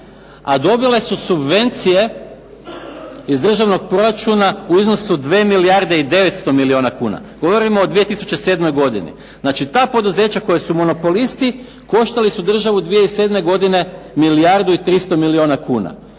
A dobile su subvencije iz državnog proračuna u iznosu 2 milijarde i 900 milijuna kuna, govorimo o 2007. godini. Znači ta poduzeća koja su monopolisti, koštala su državu 2007. godine milijardu i 300 milijuna kuna.